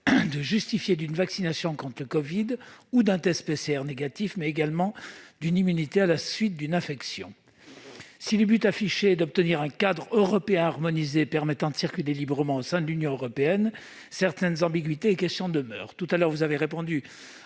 de justifier d'une vaccination contre le covid-19 ou d'un test PCR négatif, mais également d'une immunité à la suite d'une infection. Si le but affiché est d'obtenir un cadre européen harmonisé permettant de circuler librement au sein de l'Union européenne, certaines ambiguïtés et questions demeurent. Monsieur le secrétaire d'État, vous avez répondu à